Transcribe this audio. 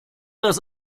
dass